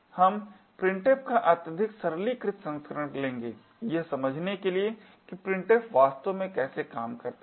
हम printf का अत्यधिक सरलीकृत संस्करण लेंगे यह समझने के लिए कि printf वास्तव में कैसे काम करता है